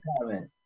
comment